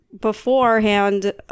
beforehand